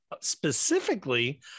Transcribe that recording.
specifically